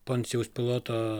poncijaus piloto